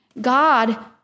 God